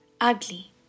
ugly